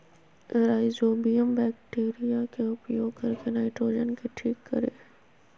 rhizobium bacteria के उपयोग करके नाइट्रोजन के ठीक करेय हइ